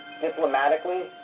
Diplomatically